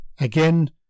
again